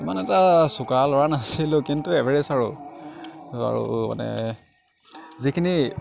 সিমান এটা চোকা ল'ৰা নাছিলোঁ কিন্তু এভাৰেছ আৰু আৰু মানে যিখিনি